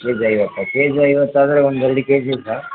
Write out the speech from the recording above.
K G ಐವತ್ತ K G ಐವತ್ತು ಆದರೆ ಒಂದು ಎರಡು ಕೆ ಜಿ ಸರ್